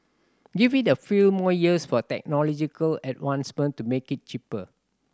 give it a few more years for technological advancement to make it cheaper